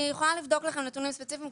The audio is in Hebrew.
אני יכולה לבדוק לכם נתונים ספציפיים,